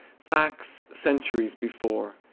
facts, centuries before,